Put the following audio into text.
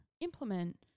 implement